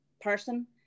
person